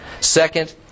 Second